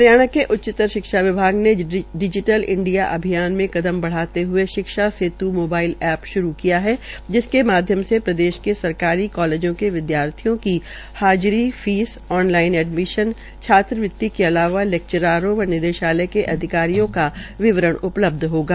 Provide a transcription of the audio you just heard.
हरियाणा के उच्चतर शिक्षा विभाग ने डिजीटल इंडिया अभियान में कदम बढ़ाते हए शिक्षा सेत् मोबाइल एप श्रू कर दी है जिस माध्यम से प्रदेश के सरकारी कालेजों के विद्यार्थियों को हाजरी फीस ऑनलाइन एडमिशन छात्रवृति के अलावा लैक्चरारों एवं निदेशालय के अधिकारियों का विवरण उपलब्ध होगा